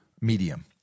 medium